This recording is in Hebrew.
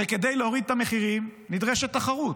הרי כדי להוריד את המחירים נדרשת תחרות,